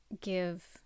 give